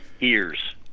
ears